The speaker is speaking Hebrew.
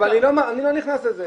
אבל אני לא נכנס לזה,